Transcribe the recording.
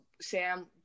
Sam